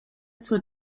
zur